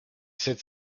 cette